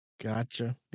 gotcha